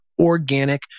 organic